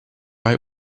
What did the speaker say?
right